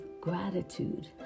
gratitude